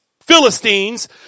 Philistines